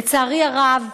לצערי הרב,